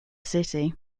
city